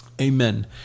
Amen